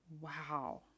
Wow